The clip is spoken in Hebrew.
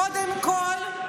קודם כול,